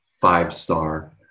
five-star